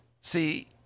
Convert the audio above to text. see